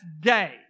day